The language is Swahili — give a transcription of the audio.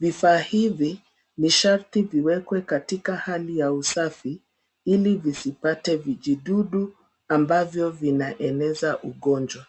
Vifaa hivi ni sharti viwekwe katika hali ya usafi ili visipate vijidudu ambavyo vinaeneza ugonjwa.